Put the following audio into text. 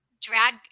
drag